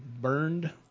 burned